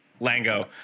Lango